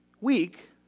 week